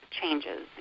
changes